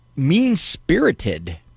mean-spirited